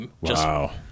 Wow